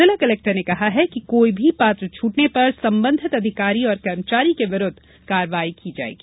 जिला कलेक्टर ने कहा है कि कोई भी पात्र छूटने पर संबंधित अधिकारी और कर्मचारी के विरूद्व कार्यवाही की जाएगी